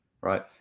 right